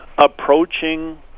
approaching